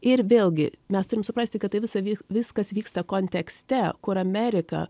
ir vėlgi mes turim suprasti kad tai visa vyk viskas vyksta kontekste kur amerika